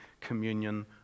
communion